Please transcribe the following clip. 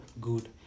good